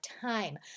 time